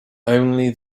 only